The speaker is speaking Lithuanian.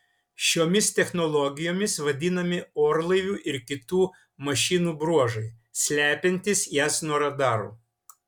šiomis technologijomis vadinami orlaivių ir kitų mašinų bruožai slepiantys jas nuo radarų